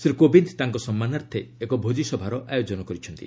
ଶ୍ରୀ କୋବିନ୍ଦ ତାଙ୍କ ସମ୍ମାନାର୍ଥେ ଏକ ଭୋଜିସଭାର ଆୟୋଜନ କରିଛନ୍ତି